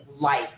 life